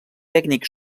tècnic